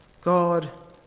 God